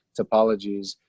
topologies